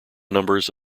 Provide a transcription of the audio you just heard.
numbers